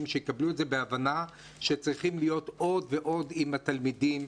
שיקבלו את זה בהבנה שצריכים להיות עוד ועוד עם התלמידים.